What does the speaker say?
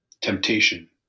temptation